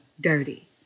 dirty